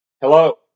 Hello